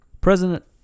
President